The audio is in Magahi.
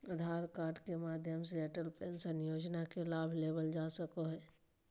आधार कार्ड के माध्यम से अटल पेंशन योजना के लाभ लेवल जा सको हय